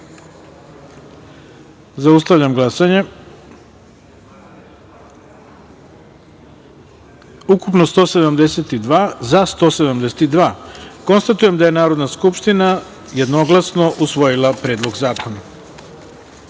taster. Zaustavljam glasanje: ukupno – 172, za – 172.Konstatujem da je Narodna skupština jednoglasno usvojila Predlog zakona. Druga